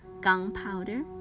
gunpowder